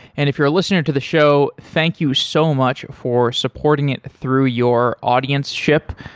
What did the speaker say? and if you're a listener to the show, thank you so much for supporting it through your audienceship.